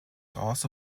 also